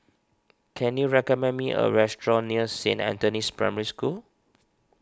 can you recommend me a restaurant near Saint Anthony's Primary School